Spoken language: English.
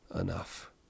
enough